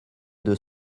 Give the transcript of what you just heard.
deux